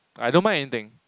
I don't mind anything